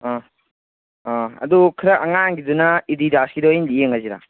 ꯑꯥ ꯑꯥ ꯑꯗꯨ ꯈꯔ ꯑꯉꯥꯡꯒꯤꯗꯨꯅ ꯏꯗꯤꯗꯥꯁꯀꯤꯗ ꯑꯣꯏꯅ ꯌꯦꯡꯉꯁꯤꯔꯥ